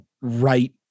right